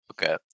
Okay